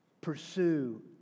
Pursue